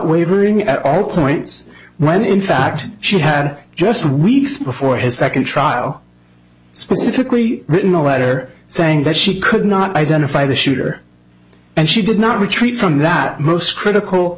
wavering at all points when in fact she had just weeks before his second trial specifically written a letter saying that she could not identify the shooter and she did not retreat from that most